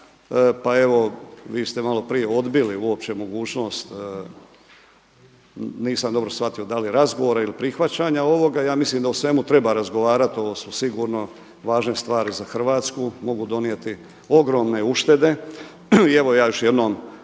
pa evo vi ste maloprije odbili uopće mogućnost, nisam dobro shvatio da li razgovora ili prihvaćanja ovoga. Ja mislim da o svemu treba razgovarati ovo su sigurno važne stvari za Hrvatsku, mogu donijeti ogromne uštede. I evo ja još jednom